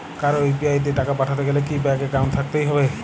কারো ইউ.পি.আই তে টাকা পাঠাতে গেলে কি ব্যাংক একাউন্ট থাকতেই হবে?